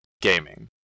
Gaming